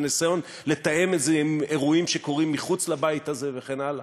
והניסיון לתאם את זה עם אירועים שקורים מחוץ לבית הזה וכן הלאה.